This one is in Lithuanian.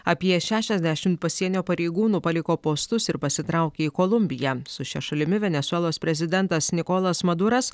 apie šešiasdešimt pasienio pareigūnų paliko postus ir pasitraukė į kolumbiją su šia šalimi venesuelos prezidentas nikolas maduras